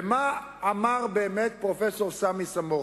ומה אמר באמת פרופסור סמי סמוחה?